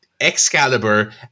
Excalibur